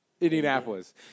Indianapolis